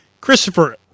Christopher